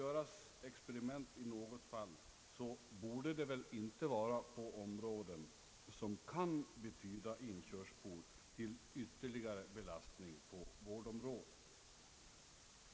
Skall experiment göras i något fall så borde det inte vara på områden, som kan betyda inkörsport till ytterligare belastning på vårdområdet.